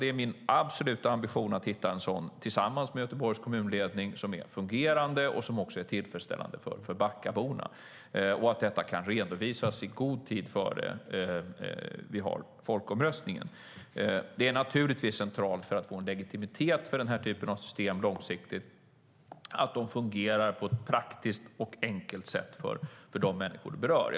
Det är min absoluta ambition att hitta en sådan tillsammans med Göteborgs kommunledning som fungerar och som också är tillfredsställande för Backaborna, och den ska redovisas i god tid före folkomröstningen. Det är centralt för att få legitimitet för den typen av system långsiktigt att de fungerar på ett praktiskt och enkelt sätt för de människor som berörs.